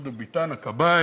דודו ביטן הכבאי,